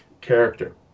character